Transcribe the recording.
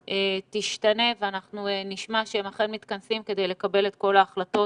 תשתנה ואנחנו נשמע שהם אכן מתכנסים כדי לקבל את כל ההחלטות